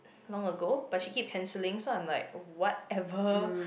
long ago but she keep canceling so I was like whatever